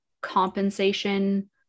compensation